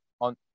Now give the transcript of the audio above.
on